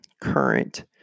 current